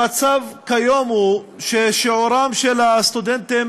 המצב כיום הוא ששיעורם של הסטודנטים